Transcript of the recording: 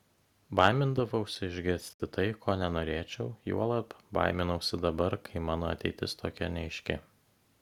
baimindavausi išgirsti tai ko nenorėčiau juolab baiminausi dabar kai mano ateitis tokia neaiški